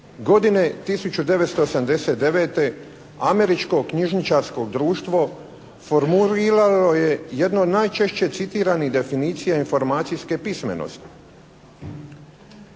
Godine 1989. američko-knjižničarsko društvo formuliralo je jedno najčešće citiranih definicija informacijske pismenosti.